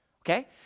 Okay